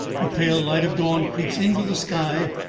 the pale light of dawn creeps into the sky,